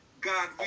god